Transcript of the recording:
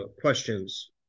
questions